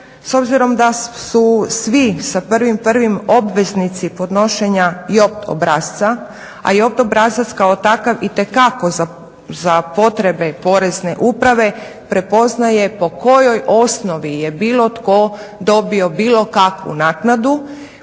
s obzirom da su svi sa 1.1. obveznici podnošenja JOP obrasca, a JOP obrazac kao takav itekako za potrebe Porezne uprave prepoznaje po kojoj osnovi je bilo tko dobio bilo kakvu naknadu.